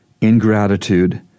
ingratitude